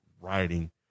writing